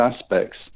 aspects